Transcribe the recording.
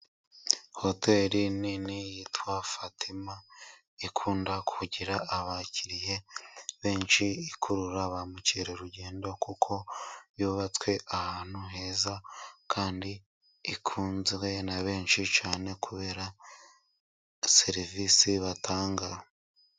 Hoteli nini yitwa Fatima. Ikunda kugira abakiriya benshi, ikurura ba mukerarugendo, kuko yubatswe ahantu heza kandi ikunzwe na benshi cyane, kubera serivisi batanga.